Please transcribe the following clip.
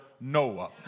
Noah